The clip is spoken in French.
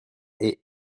est